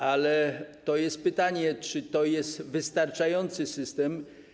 Ale jest pytanie, czy to jest wystarczający system.